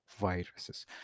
viruses